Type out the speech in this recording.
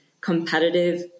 competitive